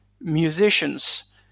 musicians